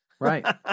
Right